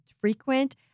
frequent